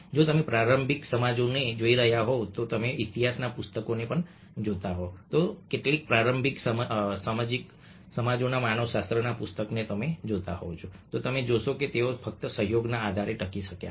જો તમે પ્રારંભિક સમાજોને જોઈ રહ્યા હોવ જો તમે ઇતિહાસના પુસ્તકને જોતા હોવ તો કેટલાક પ્રારંભિક સમાજોના માનવશાસ્ત્રના પુસ્તકને જોતા હોવ તો તમે જોશો કે તેઓ ફક્ત સહયોગના આધારે ટકી શક્યા હતા